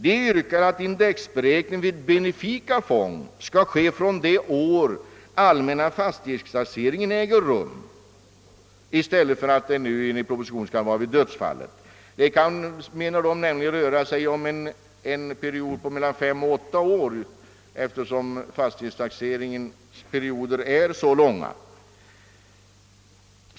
De yrkar att indexberäkningen vid benefika fång skall ske från det år allmänna fastighetstaxeringen äger rum i stället för att det nu enligt propositionen skall vara vid dödsfallet. Det kan, menar de, röra sig om en period på mellan fem och åtta år, eftersom fastighetstaxeringens perioder är så långa.